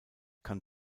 kann